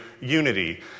unity